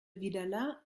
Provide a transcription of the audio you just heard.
vidalat